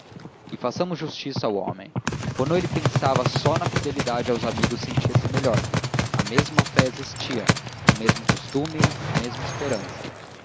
e façamos justiça ao homem quando ele pensava só na fidelidade aos amigos sentia-se melhor a mesma fé existia o mesmo costume a mesma esperança